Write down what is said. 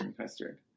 custard